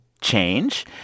change